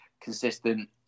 consistent